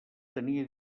tenia